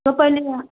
तपाईँले यहाँ